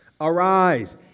Arise